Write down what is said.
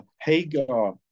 Hagar